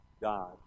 God